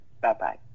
Bye-bye